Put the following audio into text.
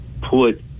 put